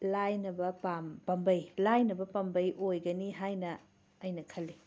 ꯂꯥꯏꯅꯕ ꯄꯥꯝꯕꯩ ꯂꯥꯏꯅꯕ ꯄꯥꯝꯕꯩ ꯑꯣꯏꯒꯅꯤ ꯍꯥꯏꯅ ꯑꯩꯅ ꯈꯜꯂꯤ